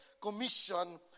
commission